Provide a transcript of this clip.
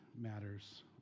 matters